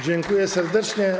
Dziękuję serdecznie.